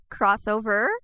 crossover